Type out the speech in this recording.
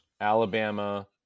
Alabama